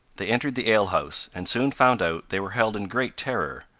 they entered the ale-house, and soon found out they were held in great terror.